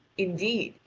indeed,